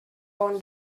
own